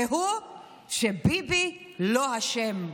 והוא שביבי לא אשם.